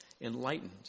enlightened